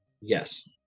Yes